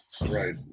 Right